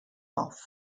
off